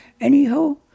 Anyhow